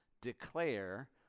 declare